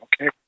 okay